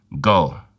go